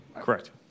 Correct